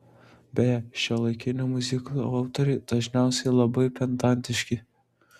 beje šiuolaikinių miuziklų autoriai dažniausiai labai pedantiški